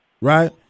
right